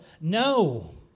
No